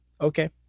Okay